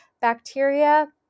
Bacteria